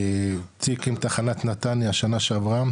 תיק עם תחנת נתניה שנה שעברה,